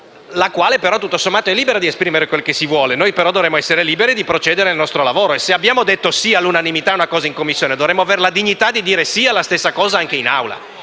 sommato, è libera di esprimere ciò che vuole. Noi, però, dovremmo essere liberi di procedere nel nostro lavoro, e se abbiamo detto sì all'unanimità ad un testo in Commissione, dovremmo avere la dignità di dire sì allo stesso testo anche in Aula,